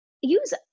use